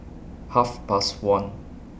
Half Past one